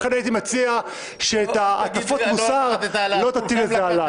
לכן הייתי מציע שאת הטפות המוסר לא תטיל עליי.